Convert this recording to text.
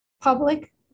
Public